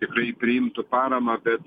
tikrai priimtų paramą bet